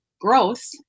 growth